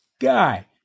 guy